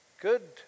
Good